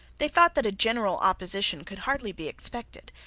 they thought that a general opposition could hardly be expected,